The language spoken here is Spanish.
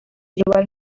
lleva